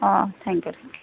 O thank you thank U